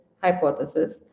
hypothesis